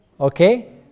Okay